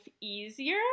easier